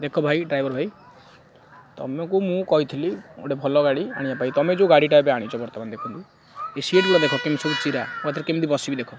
ଦେଖ ଭାଇ ଡ୍ରାଇଭର୍ ଭାଇ ତମକୁ ମୁଁ କହିଥିଲି ଗୋଟେ ଭଲ ଗାଡ଼ି ଆଣିବା ପାଇଁ ତମେ ଯେଉଁ ଗାଡ଼ିଟା ଏବେ ଆଣିଛ ବର୍ତ୍ତମାନ ଦେଖନ୍ତୁ ଏ ସିଟ୍ ଗୁଡ଼ା ଦେଖ କେମିତି ସବୁ ଚିରା ମୁଁ ଏଥିରେ କେମିତି ବସିବି ଦେଖ